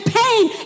pain